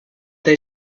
they